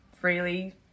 freely